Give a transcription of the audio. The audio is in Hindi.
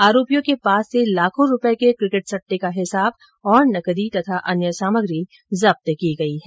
आरोपियों के पास से लाखों रुपए के क्रिकेट सट्टे का हिसाब और नकदी तथा अन्य सामग्री जब्त की गई है